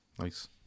Nice